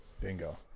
Bingo